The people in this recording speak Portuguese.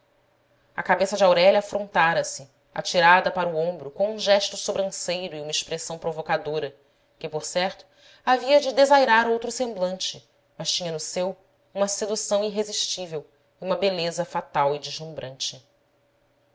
a cabeça de aurélia afrontara se atirada para o ombro com um gesto sobranceiro e uma expressão provocadora que por certo havia de desairar outro semblante mas tinha no seu uma sedução irresistível e uma beleza fatal e deslumbrante